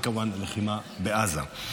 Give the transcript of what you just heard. וכמובן הלחימה בעזה.